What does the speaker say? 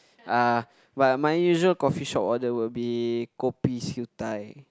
uh but my usual coffee shop order will be kopi siew dai